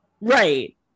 right